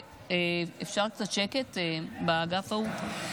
אפשר קצת שקט באגף ההוא?